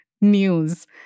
news